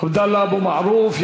עבדאללה אבו מערוף.